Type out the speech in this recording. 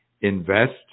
invest